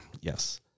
Yes